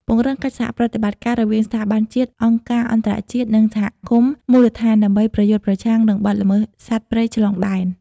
ពង្រឹងកិច្ចសហប្រតិបត្តិការ រវាងស្ថាប័នជាតិ អង្គការអន្តរជាតិ និងសហគមន៍មូលដ្ឋាន ដើម្បីប្រយុទ្ធប្រឆាំងនឹងបទល្មើសសត្វព្រៃឆ្លងដែន។